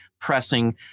pressing